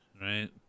right